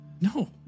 No